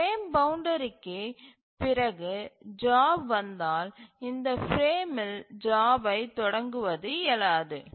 frame பவுண்ட்றிக்குப் பிறகு job வந்தால் இந்த ஃபிரேமில் ஜாப்யைத் தொடங்குவது இயலாது